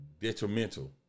detrimental